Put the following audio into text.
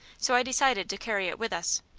so i decided to carry it with us.